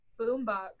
boombox